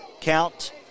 count